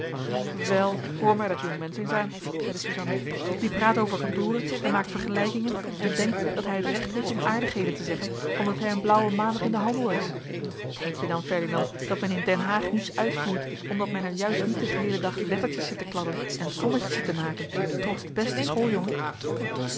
wel hoor mij dat jongmensch eens aan zeide suzanna die praat over kantoren en maakt vergelijkingen en denkt dat hij het recht heeft om aardigheden te zeggen omdat hij een blauwen maandag in den handel is denk je dan ferdinand dat men in den haag niets uitvoert omdat men er juist niet den geheelen dag lettertjes zit te kladden en sommetjes zit te maken trots den besten